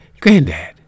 granddad